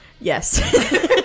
Yes